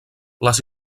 les